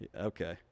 Okay